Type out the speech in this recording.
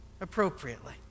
appropriately